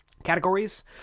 categories